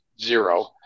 zero